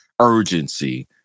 urgency